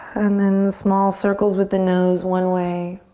and then small circles with the nose one way.